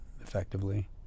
Effectively